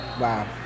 Wow